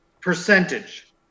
Percentage